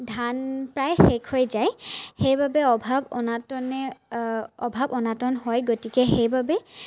ধান প্ৰায় শেষ হৈ যায় সেইবাবে অভাৱ অনাটনে অভাৱ অনাটন হয় সেইবাবে